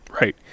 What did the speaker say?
Right